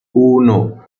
uno